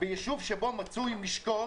ביישוב שבו מצוי משקו,